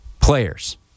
players